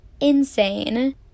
Insane